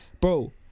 bro